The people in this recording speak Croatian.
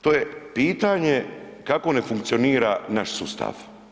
To je pitanje kako ne funkcionira naš sustav.